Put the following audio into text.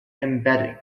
embedding